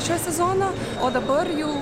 šio sezono o dabar jau